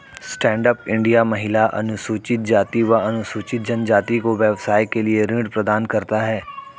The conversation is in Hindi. स्टैंड अप इंडिया महिला, अनुसूचित जाति व अनुसूचित जनजाति को व्यवसाय के लिए ऋण प्रदान करता है